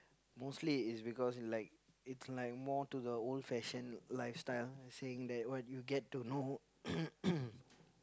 mostly is because like it's like more to the old fashioned lifestyle saying that what you get to know